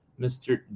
Mr